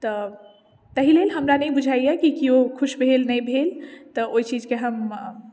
तऽ ताहि लेल हमरा नहि बुझाइए कि कियो खुश भेल नहि भेल तऽ ओहि चीजके हम